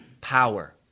power